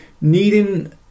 needing